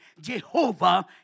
Jehovah